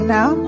now